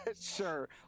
Sure